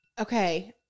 Okay